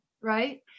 Right